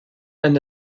and